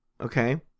okay